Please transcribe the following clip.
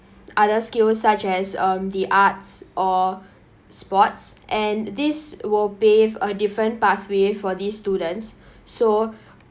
other skills such as um the arts or sports and this will pave a different pathway for these students so